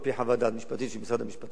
על-פי חוות דעת משפטית של משרד המשפטים,